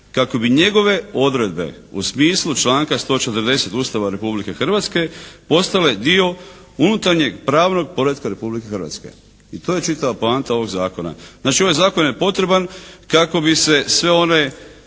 kako bi njegove odredbe u smislu članka 140. Ustava Republike Hrvatske postale dio unutarnjeg pravnog poretka Republike Hrvatske. I to je čitava poanta ovog zakona. Znači ovaj zakon je potreban kako bi se sve one